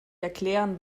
erklären